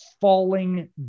falling